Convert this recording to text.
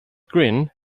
grin